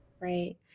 Right